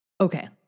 Okay